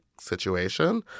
situation